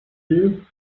you